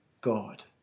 god